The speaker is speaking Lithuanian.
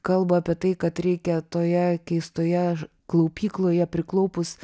kalba apie tai kad reikia toje keistoje klaupykloje priklaupus